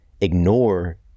ignore